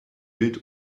wild